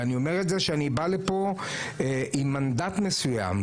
ואני אומר את זה שאני בא לפה עם מנדט מסוים.